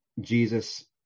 Jesus